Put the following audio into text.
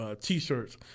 T-shirts